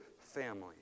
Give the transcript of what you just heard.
family